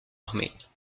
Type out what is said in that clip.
armées